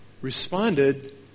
responded